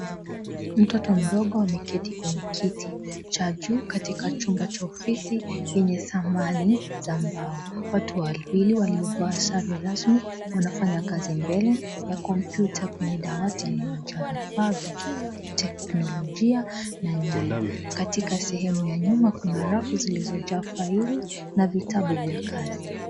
Mtoto mdogo ameketi kwenye kiti cha juu katika chumba ofisi yenye samani za mbao. Watu wawili waliovaa sare rasmi, wanafanya kazi mbele ya kompyuta kwenye dawati lililojaa vifaa vya kiteknolojia na nyaya . Katika sehemu ya nyuma kuna rafu zilizojaa faili na vitabu vya kazi.